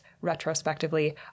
retrospectively